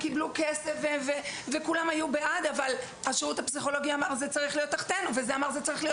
היו בעדו וגם קיבלו כסף אבל לא הצליחו להגיע להחלטה